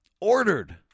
ordered